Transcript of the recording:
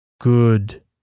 Good